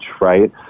Right